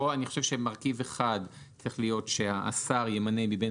אני חושב שמרכיב אחד צריך להיות שהשר ימנה מבין